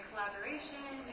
Collaboration